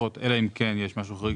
משרות אלא אם כן יש משהו חריג